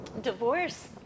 Divorce